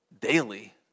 daily